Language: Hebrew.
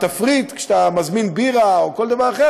כשאתה מזמין בירה או כל דבר אחר,